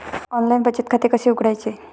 Online बचत खाते कसे उघडायचे?